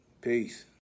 Peace